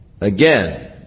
again